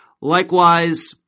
Likewise